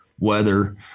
weather